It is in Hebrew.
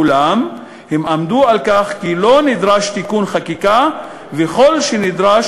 אולם הם עמדו על כך שלא נדרש תיקון חקיקה וכל שנדרש